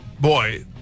Boy